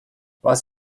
was